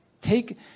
take